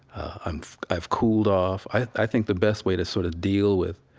i've i've cooled off. i think the best way to sort of deal with